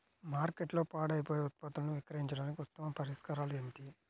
మార్కెట్లో పాడైపోయే ఉత్పత్తులను విక్రయించడానికి ఉత్తమ పరిష్కారాలు ఏమిటి?